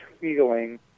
feeling